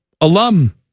alum